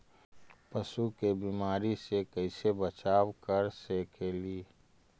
पशु के बीमारी से कैसे बचाब कर सेकेली?